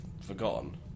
forgotten